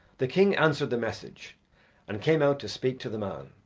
the king answered the message and came out to speak to the man.